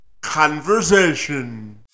conversation